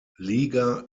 liga